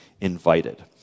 invited